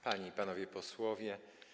Panie i Panowie Posłowie!